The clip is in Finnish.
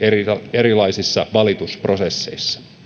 erilaisissa valitusprosesseissa